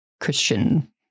Christian